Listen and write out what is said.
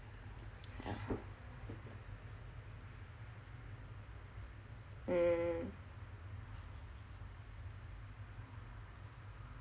mm